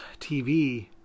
TV